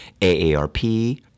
AARP